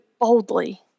boldly